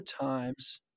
times